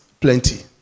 plenty